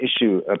issue